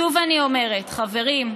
שוב אני אומרת, חברים,